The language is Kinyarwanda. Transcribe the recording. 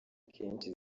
kenshi